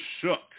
shook